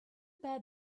bad